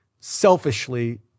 selfishly